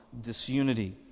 disunity